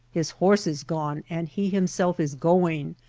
his horse is gone and he himself is going,